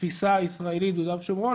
התפיסה הישראלית ביהודה ושומרון,